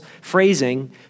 phrasing